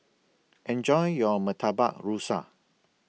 Enjoy your Murtabak Rusa